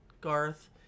Garth